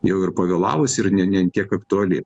jau ir pavėlavusi ir ne ne ant tiek aktuali